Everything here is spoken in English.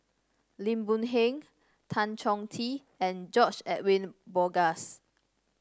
Lim Boon Heng Tan Chong Tee and George Edwin Bogaars